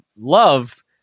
love